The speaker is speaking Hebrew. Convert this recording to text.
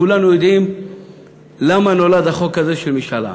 כולנו יודעים למה נולד החוק הזה, של משאל עם.